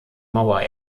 mauer